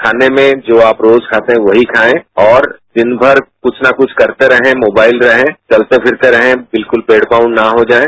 खाने में जो आप रोज खाते थे कहीं खायें और दिन भर कुछ न कुछ करते रहें मोबाइल रहें चलते फिरते रहे बिल्कुल बेड बाउंड न हो जायें